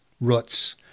roots